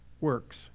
Works